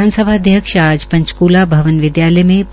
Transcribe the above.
विधानसभा अध्यक्ष आज पंचकूला भवन विद्यालय में